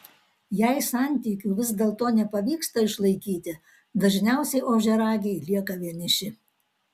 jei santykių vis dėlto nepavyksta išlaikyti dažniausiai ožiaragiai lieka vieniši